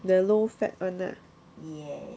the low fat [one] ah